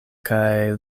kaj